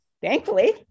thankfully